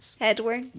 Edward